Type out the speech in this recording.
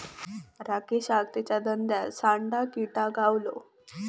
राकेशका तेच्या धान्यात सांडा किटा गावलो